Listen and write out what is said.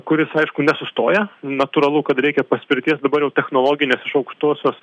kuris aišku nesustoja natūralu kad reikia paspirties dabar jau technologinės iš aukštosios